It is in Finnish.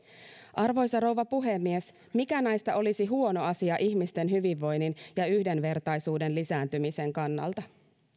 arvoisa rouva puhemies mikä näistä olisi huono asia ihmisten hyvinvoinnin ja yhdenvertaisuuden lisääntymisen kannalta